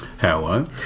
Hello